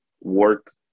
work